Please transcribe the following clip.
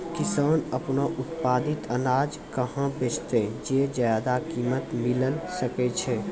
किसान आपनो उत्पादित अनाज कहाँ बेचतै जे ज्यादा कीमत मिलैल सकै छै?